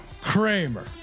Kramer